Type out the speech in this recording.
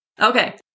Okay